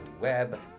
web